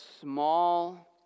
small